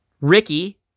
Ricky